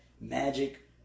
magic